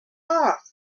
off